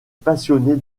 passionnée